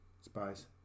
spice